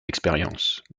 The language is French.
expériences